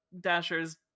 Dasher's